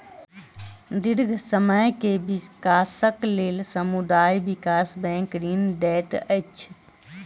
दीर्घ समय के विकासक लेल समुदाय विकास बैंक ऋण दैत अछि